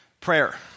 prayer